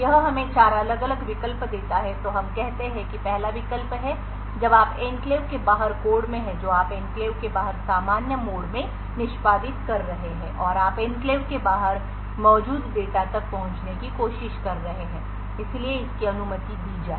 तो यह हमें चार अलग अलग विकल्प देता है तो हम कहते हैं कि पहला विकल्प है जब आप एन्क्लेव के बाहर कोड में हैं जो आप एन्क्लेव के बाहर सामान्य मोड में निष्पादित कर रहे हैं और आप एन्क्लेव के बाहर मौजूद डेटा तक पहुंचने की कोशिश कर रहे हैं इसलिए इस कि अनुमति दी जाए